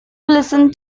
listen